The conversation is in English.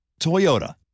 Toyota